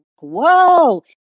whoa